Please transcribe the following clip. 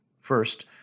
First